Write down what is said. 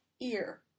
ear